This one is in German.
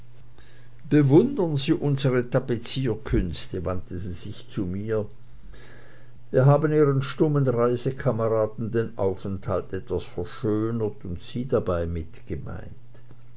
bewundern sie unsere tapezierkünste wandte sie sich zu mir wir haben ihrem stummen reisekameraden den aufenthalt etwas verschönert und sie dabei mitgemeint